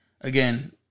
again